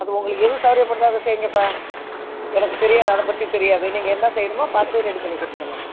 அது உங்களுக்கு எது சௌகரியப்படுதோ அதை செய்யுங்கப்பா எனக்கு தெரியாது அதை பற்றி தெரியாது நீங்கள் என்ன செய்யணுமோ பார்த்து ரெடி பண்ணி கொடுத்துருங்க